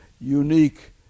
unique